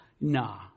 nah